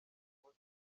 munsi